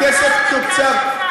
הכסף תוקצב,